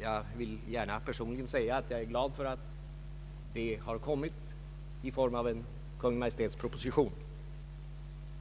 Jag vill gärna personligen säga att jag är glad för att detta förslag nu har kommit i form av en Kungl. Maj:ts proposition.